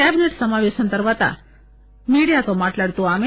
cabinet సమాపేశం తరువాత మీడియాతో మాట్లాడుతూ ఆమె